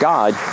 God